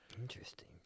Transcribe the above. Interesting